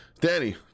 Danny